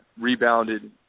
rebounded